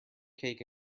cake